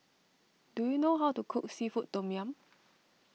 do you know how to cook Seafood Tom Yum